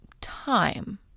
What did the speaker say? time